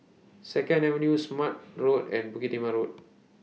Second Avenue Smart Road and Bukit Timah Road